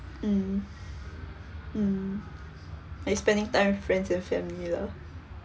mm mm like spending time with friends and family lah